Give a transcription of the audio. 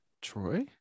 Troy